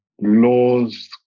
laws